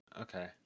Okay